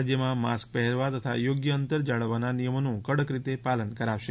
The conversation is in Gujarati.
રાજ્યમાં માસ્ક પહેરવા તથા યોગ્ય અંતર જાળવવાના નિયમોનું કડક રીતે પાલન કરાશે